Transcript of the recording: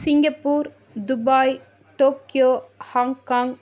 Singapore Dubai Tokyo Hong Kong